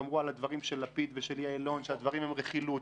אמרו על הדברים של לפיד ושל יעלון שהם רכילות,